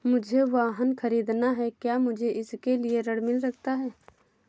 मुझे वाहन ख़रीदना है क्या मुझे इसके लिए ऋण मिल सकता है?